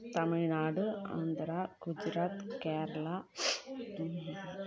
Tamil Nadu Andhra Gujarat Kerala